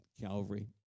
Calvary